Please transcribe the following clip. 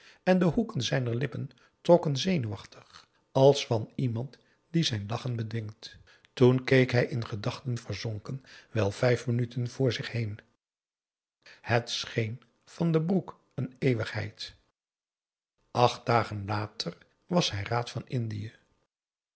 en de hoeken zijner lippen trokken zenuwachtig als van iemand die zijn lachen bedwingt toen keek hij in gedachten verzonken wel vijf minuten voor zich heen het scheen van den broek een eeuwigheid acht dagen later was hij raad van indië